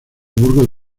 burgo